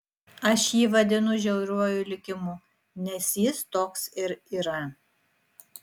aš jį vadinu žiauriuoju likimu nes jis toks ir yra